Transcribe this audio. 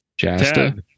Jasta